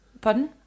Pardon